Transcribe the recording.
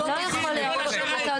אתה יודע מה,